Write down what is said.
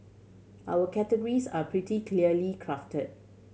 our categories are pretty clearly crafted